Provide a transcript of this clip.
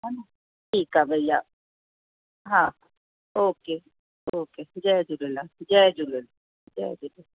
हा ना ठीकु आहे भैया हा ओ के ओ के जय झूलेलाल जय झूलेलाल जय झूलेलाल